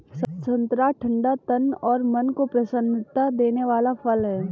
संतरा ठंडा तन और मन को प्रसन्नता देने वाला फल है